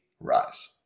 rise